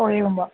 ओ एवं वा